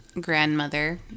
grandmother